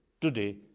Today